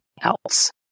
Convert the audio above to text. else